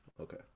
Okay